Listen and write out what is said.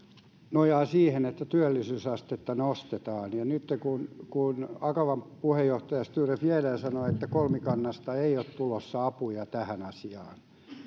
nojaa siihen että työllisyysastetta nostetaan ja nytten kun kun akavan puheenjohtaja sture fjäder sanoi että kolmikannasta ei ole tulossa apuja tähän asiaan